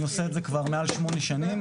אני עושה את זה כבר מעל שמונה שנים